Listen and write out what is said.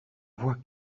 voies